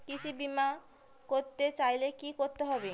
কৃষি বিমা করতে চাইলে কি করতে হবে?